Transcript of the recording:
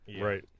Right